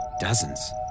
Dozens